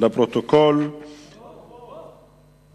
בתמוז התשס"ט (1 ביולי 2009):